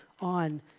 on